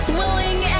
willing